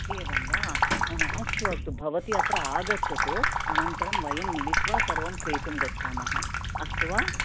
एवं वा अस्तु अस्तु भवति अत्र आगच्छतु अनन्तरं वयं मिलित्वा सर्वं क्रेतुं गच्छामः अस्तु वा